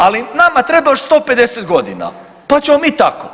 Ali nama treba još 150 godina, pa ćemo mi tako.